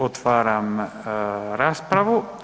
Otvaram raspravu.